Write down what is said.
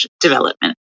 development